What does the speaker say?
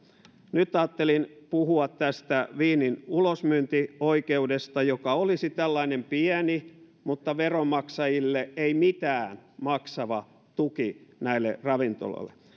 nyt ajattelin puhua tästä viinin ulosmyyntioikeudesta joka olisi tällainen pieni mutta veronmaksajille ei mitään maksava tuki näille ravintoloille